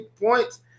points